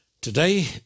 Today